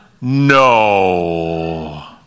No